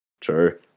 True